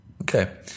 Okay